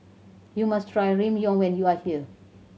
you must try Ramyeon when you are here